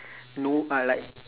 no I like